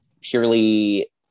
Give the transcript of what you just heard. purely